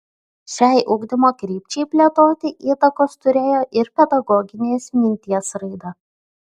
šiai ugdymo krypčiai plėtoti įtakos turėjo ir pedagoginės minties raida